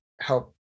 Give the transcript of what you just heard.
help